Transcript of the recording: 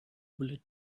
bullet